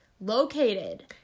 located